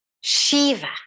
Shiva